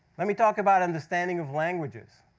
let me talk about understanding of languages.